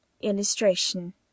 Illustration